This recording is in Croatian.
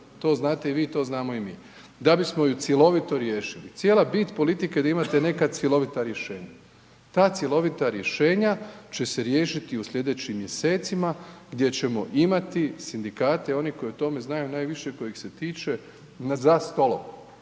to znate i vi, to znamo i mi. Da bismo je cjelovito riješili, cijela bit politike je da imate neka cjelovita rješenja. Ta cjelovita rješenja će se riješiti u slijedećim mjesecima gdje ćemo imati sindikate i one koji o tome znaju najviše i kojih se tiče za stolom